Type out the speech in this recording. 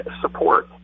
support